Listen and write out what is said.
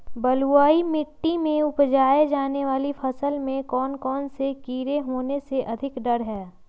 बलुई मिट्टी में उपजाय जाने वाली फसल में कौन कौन से कीड़े होने के अधिक डर हैं?